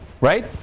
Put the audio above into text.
right